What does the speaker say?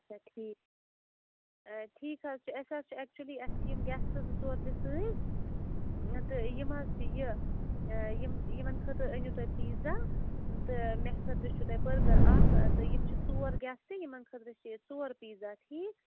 اچھا ٹھیٖک ٹھیٖک حظ چھُ اَسہِ حظ چھِ ایکچُلی اَسہِ چھِ یِم گیسٹ زٕ ژور تہِ سۭتۍ تہٕ یِم حظ چھِ یہِ یِمن خٲطرٕ أنِو تُہۍ پیٖزا تہٕ مےٚ خٲطرٕ چھُو تۄہہِ بٔرگَر اَکھ تہٕ یِم چھِ ژور گیسٹ تہِ یِمَن خٲطرٕ چھِ یہِ ژور پیٖزا ٹھیٖک